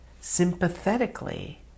sympathetically